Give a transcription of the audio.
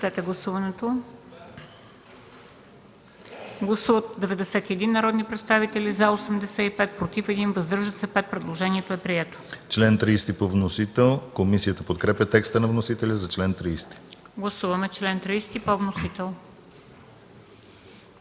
Гласуваме чл. 30 по вносител.